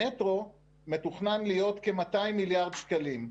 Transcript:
המטרו מתוכנן להיות כ-200 מיליארד שקלים,